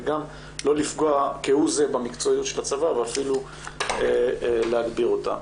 וגם לא לפגוע כהוא זה במקצועיות של הצבא ואפילו להגביר אותה.